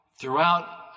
throughout